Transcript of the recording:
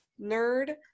nerd